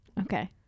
okay